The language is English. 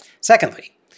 Secondly